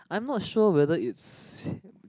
I'm not sure whether it's